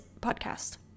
podcast